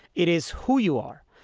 it is who you are.